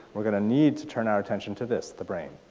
we're gonna need to turn our attention to this the brain.